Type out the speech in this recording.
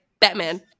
Batman